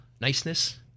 niceness